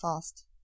fast